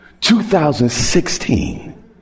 2016